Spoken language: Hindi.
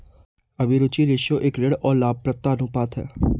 अभिरुचि रेश्यो एक ऋण और लाभप्रदता अनुपात है